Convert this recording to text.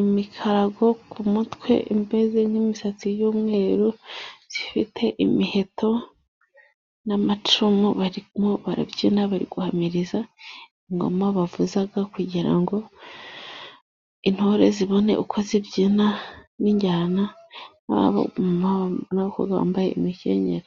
imikarago ku mutwe imeze nk'imisatsi y'umweru，zifite imiheto n'amacumu，barimo barabyina bari guhamiriza， ingoma bavuza kugira ngo， intore zibone uko zibyina， n'injyana， nabo bambaye imikenyero.